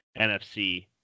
NFC